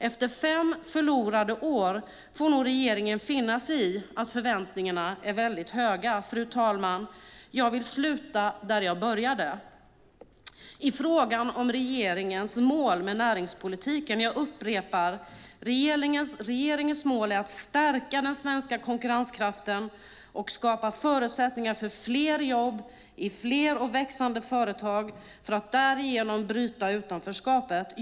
Efter fem förlorade år får regeringen finna sig i att förväntningarna är höga. Fru talman! Jag vill sluta där jag började, nämligen med frågan om regeringens mål med näringspolitiken. Jag upprepar: Regeringens mål är att "stärka den svenska konkurrenskraften och skapa förutsättningar för fler jobb i fler och växande företag för att därigenom bryta utanförskapet".